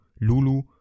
Lulu